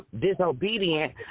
disobedient